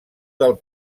del